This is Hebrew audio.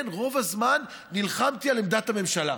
כן, רוב הזמן נלחמתי על עמדת הממשלה,